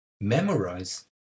memorize